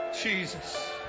Jesus